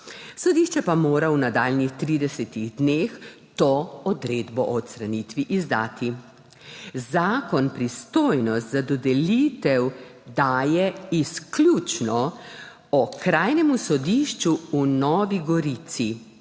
Sodišče pa mora v nadaljnjih 30 dneh izdati to odredbo o odstranitvi. Zakon pristojnost za dodelitev daje izključno Okrajnemu sodišču v Novi Gorici.